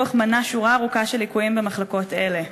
הדוח מנה שורה ארוכה של ליקויים במחלקות אלה.